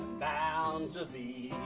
bound to thee